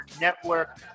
Network